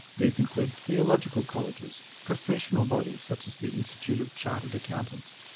these include theological colleges, professional bodies such as the institute of chartered accountants,